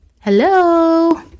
Hello